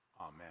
Amen